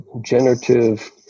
generative